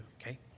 Okay